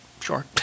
sure